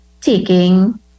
taking